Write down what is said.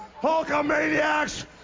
Hulkamaniacs